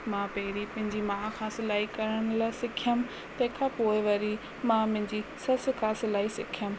मां पहिरीं पंहिंजी माउ खां सिलाई करण सिखियमि तंहिंखां पोइ वरी मां मुंहिंजी ससु खां सिलाई सिखियमि